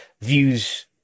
Views